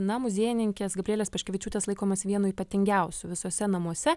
na muziejininkės gabrielės paškevičiūtės laikomas vienu ypatingiausiu visuose namuose